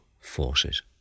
forces